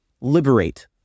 liberate